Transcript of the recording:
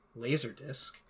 Laserdisc